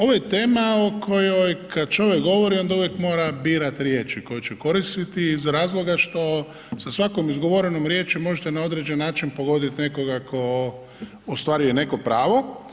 Ovo je tema o kojoj kad čovjek govori onda uvijek mora birat riječi koje će koristiti iz razloga što sa svakom izgovorenom riječi možete na određen način pogodit nekoga ko ostvaruje neko pravo.